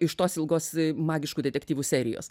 iš tos ilgos magiškų detektyvų serijos